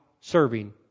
serving